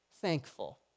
thankful